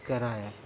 کرائے